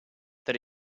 that